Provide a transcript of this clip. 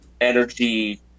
energy